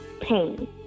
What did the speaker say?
pain